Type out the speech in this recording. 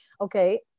Okay